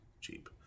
Cheap